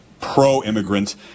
pro-immigrant